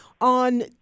on